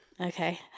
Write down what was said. Okay